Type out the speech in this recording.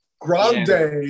Grande